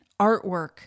artwork